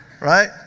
Right